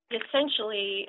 essentially